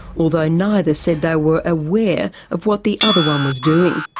although neither said they were aware of what the other one was doing.